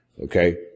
okay